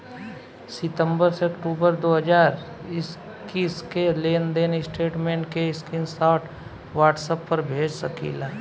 सितंबर से अक्टूबर दो हज़ार इक्कीस के लेनदेन स्टेटमेंट के स्क्रीनशाट व्हाट्सएप पर भेज सकीला?